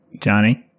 Johnny